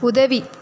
உதவி